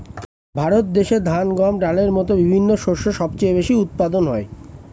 ভারত দেশে ধান, গম, ডালের মতো বিভিন্ন শস্য সবচেয়ে বেশি উৎপাদন হয়